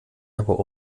aber